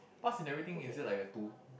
pass in everything is it like a two